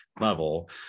level